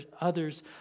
others